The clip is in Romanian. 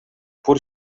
pur